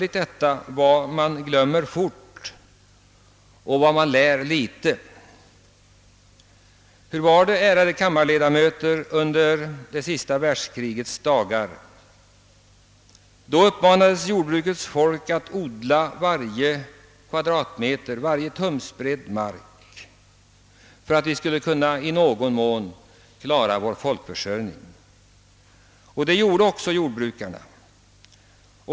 Ja, det är märkligt vad man glömmer fort och vad man lär litet! Hur var det, ärade kammarledamöter, under andra världskrigets dagar? Då uppmanades jordbrukets folk att odla varje tumsbredd mark för att vi skulle kunna klara vår försörjning. Jordbrukarna efterkom den uppmaningen.